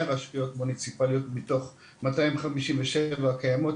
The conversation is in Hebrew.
רשויות מוניציפליות מתוך 257 הקיימות,